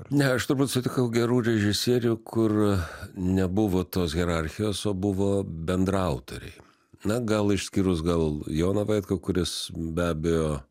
ne aš turbūt sutikau gerų režisierių kur nebuvo tos hierarchijos o buvo bendraautoriai na gal išskyrus gal joną vaitkų kuris be abejo